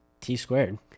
T-squared